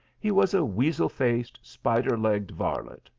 he was a weasel-faced, spider legged varlet,